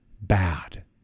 bad